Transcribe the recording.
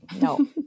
no